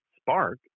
spark